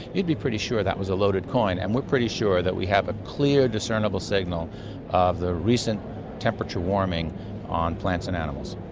you'd be pretty sure that was a loaded coin, and we're pretty sure that we have a clear discernable signal of the recent temperature warming on plants and animals.